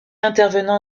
intervenant